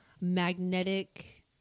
magnetic